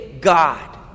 God